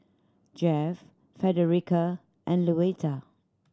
Jeff Frederica and Luetta